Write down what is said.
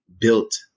built